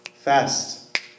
Fast